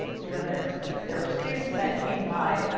you know, there were there were students that came by, ah